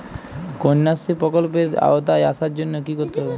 কন্যাশ্রী প্রকল্পের আওতায় আসার জন্য কী করতে হবে?